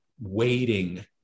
waiting